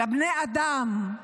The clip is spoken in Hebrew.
לבני אדם,